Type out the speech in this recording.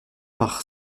par